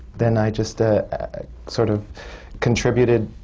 then i just ah sort of contributed